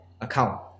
account